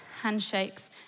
handshakes